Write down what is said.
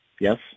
Yes